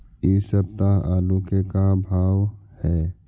इ सप्ताह आलू के का भाव है?